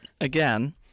Again